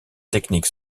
technique